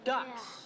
Ducks